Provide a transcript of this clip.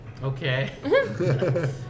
Okay